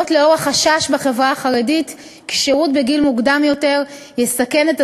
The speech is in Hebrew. וזאת בשל החשש בחברה החרדית שהשירות בגיל מוקדם יותר יסכן את